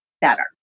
better